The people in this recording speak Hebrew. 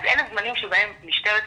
אז אלה זמנים שבהם משטרת ישראל,